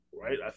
right